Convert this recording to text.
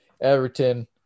Everton